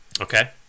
Okay